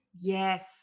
Yes